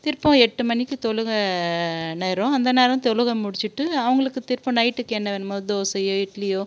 திருப்பம் எட்டு மணிக்கு தொழுக நேரம் அந்த நேரம் தொழுக முடிச்சுட்டு அவங்களுக்கு திரும்ப நைட்டுக்கு என்ன வேணுமோ தோசையோ இட்லியோ